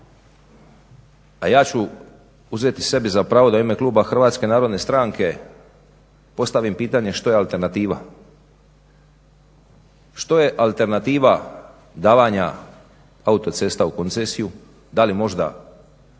a ja ću uzeti sebi za pravo da u ime kluba HNS-a postavim pitanje što je alternativa? Što je alternativa davanja autocesta u koncesiju? Da li možda